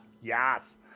Yes